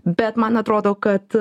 bet man atrodo kad